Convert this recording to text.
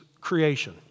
creation